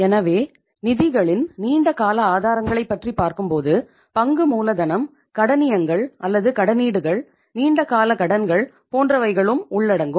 எனவே நிதிகளின் நீண்ட கால ஆதாரங்களைப் பற்றி பார்க்கும்போது பங்கு மூலதனம் கடனியங்கள் அல்லது கடனீடுகள் நீண்ட கால கடன்கள் போன்றவைகளும் உள்ளடங்கும்